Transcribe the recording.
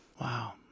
Wow